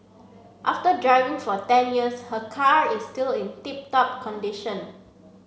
after driving for ten years her car is still in tip top condition